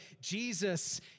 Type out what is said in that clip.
Jesus